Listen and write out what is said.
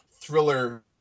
thriller